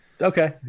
Okay